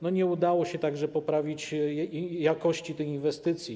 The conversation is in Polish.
Nie udało się także poprawić jakości tych inwestycji.